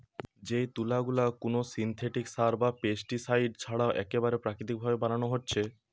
যেই তুলা গুলা কুনো সিনথেটিক সার বা পেস্টিসাইড ছাড়া একেবারে প্রাকৃতিক ভাবে বানানা হচ্ছে